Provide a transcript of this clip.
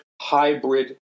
hybrid